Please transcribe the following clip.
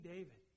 David